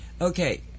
okay